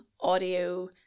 audio